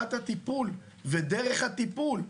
שיטת הטיפול ודרך הטיפול.